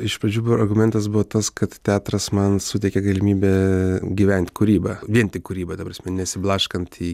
iš pradžių buvo argumentas buvo tas kad teatras man suteikė galimybę gyvent kūryba vien tik kūryba ta prasme nesiblaškant į